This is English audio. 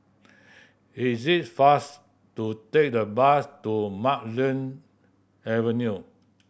is it faster to take the bus to Marlene Avenue